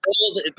old